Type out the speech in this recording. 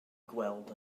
gweld